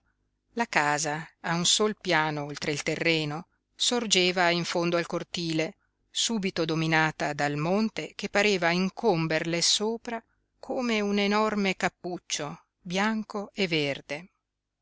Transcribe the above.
la casa a un sol piano oltre il terreno sorgeva in fondo al cortile subito dominata dal monte che pareva incomberle sopra come un enorme cappuccio bianco e verde